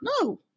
No